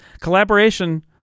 collaboration